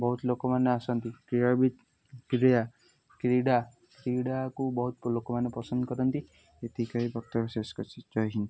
ବହୁତ ଲୋକମାନେ ଆସନ୍ତି କ୍ରୀଡ଼ାବିତ କ୍ରୀଡ଼ା କ୍ରୀଡ଼ା କ୍ରୀଡ଼ାକୁ ବହୁତ ଲୋକମାନେ ପସନ୍ଦ କରନ୍ତି ଏତିକି କହି ବକ୍ତବ୍ୟ ଶେଷ କରୁଛି ଜୟ ହିନ୍ଦ